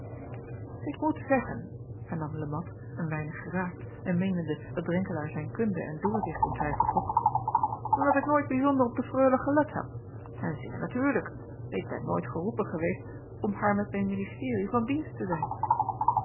k moet zeggen hernam e at een weinig geraakt en meenende dat renkelaer zijn kunde en doorzicht in twijfel trok dat ik nooit bijzonder op de reule gelet heb en zeer natuurlijk ik ben nooit geroepen geweest om haar met mijn ministerie van dienst te zijn